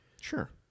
sure